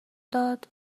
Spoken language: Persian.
داد